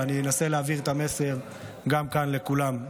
ואנסה להעביר את המסר גם כאן לכולם.